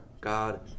God